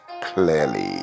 clearly